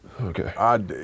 Okay